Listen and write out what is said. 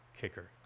kicker